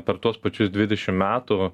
per tuos pačius dvidešim metų